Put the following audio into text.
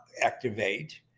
activate